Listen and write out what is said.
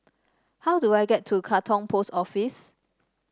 how do I get to Katong Post Office